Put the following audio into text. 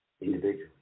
individually